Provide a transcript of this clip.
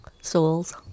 Souls